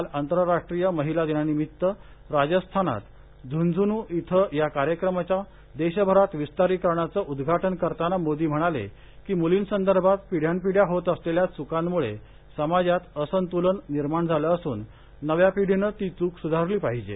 काल आंतरराष्ट्रीय महिला दिनानिम्मित राजस्थानात झुनझुनू इथं या कार्यक्रमाच्या देशभरात विस्तारिकरणाचं उद्घाटन करताना मोदी म्हणाले की मुलींसंदर्भात पिढ्यानपिढ्या होत असलेल्या च्कांमुळे समाजात असंतुलन निर्माण झालं असून नव्या पीढीनं ती च्क सुधारली पाहिजे